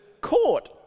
court